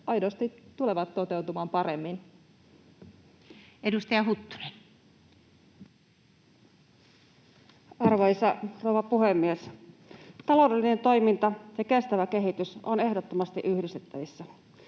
aidosti tulevat toteutumaan paremmin? Edustaja Huttunen. Arvoisa rouva puhemies! Taloudellinen toiminta ja kestävä kehitys ovat ehdottomasti yhdistettävissä.